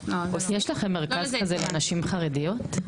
יש לכם מרכז כזה לנשים חרדיות?